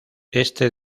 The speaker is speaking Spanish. este